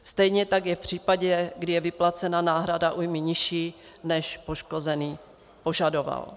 Stejně tak je v případě, kdy je vyplacena náhrada újmy nižší, než poškozený požadoval.